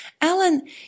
Alan